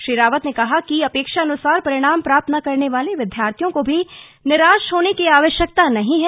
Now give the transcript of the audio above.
श्री रावत ने कहा कि अपेक्षानुसार परिणाम प्राप्त न करने वाले विद्यार्थियों को भी निराश होने की आवश्यकता नही है